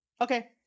okay